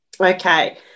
Okay